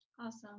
Awesome